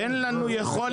אין לנו יכולת,